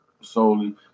solely